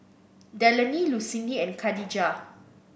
Delaney Lucindy and Khadijah